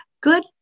Good